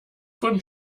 von